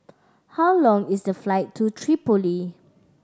how long is the flight to Tripoli